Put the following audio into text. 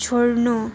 छोड्नु